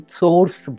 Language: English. source